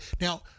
now